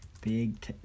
Big